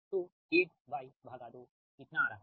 तोZY2इतना आ रहा है